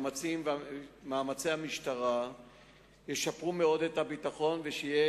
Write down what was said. מאמצי המשטרה ישפרו מאוד את הביטחון ויהיה